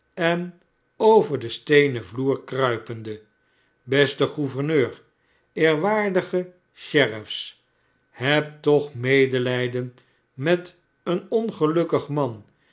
en over den steenen yloer kruipende beste gouverneur eerwaardige sheriffs hebt toch medelijden met een ongelukkig man